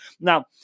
Now